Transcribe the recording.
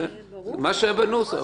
מה שהיה בנוסח.